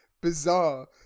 Bizarre